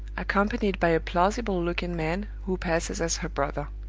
accompanied by a plausible-looking man, who passes as her brother.